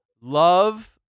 love